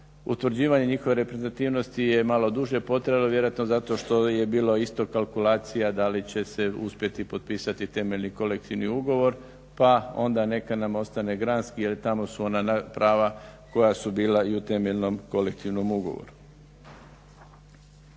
utvrđivanje njihove reprezentativnosti je malo duže potrajalo vjerojatno zato što je bilo isto kalkulacija da li će se uspjeti potpisati temeljni kolektivni ugovor pa onda neka nam ostane granski jer tamo su ona prava koja su bila i u temeljnom kolektivnom ugovoru.